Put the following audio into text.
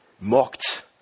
mocked